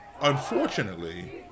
unfortunately